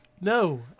no